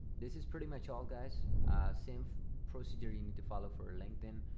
this is pretty much all guys same procedure you need to follow for a linkedin.